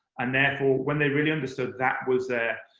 and therefore, when they really understood that was their,